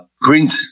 print